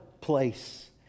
place